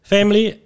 Family